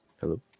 Hello